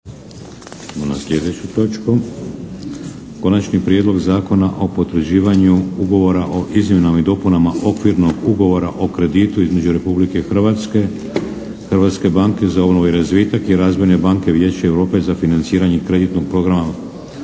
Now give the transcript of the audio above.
na sljedeću točku. - Prijedlog zakona o potvrđivanju ugovora o izmjenama i dopunama Okvirnog ugovora o kreditu između Republike Hrvatske, Hrvatske banke za obnovu i razvitak i Razvojne banke Vijeća Europe za financiranje kreditnog programa